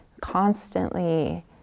constantly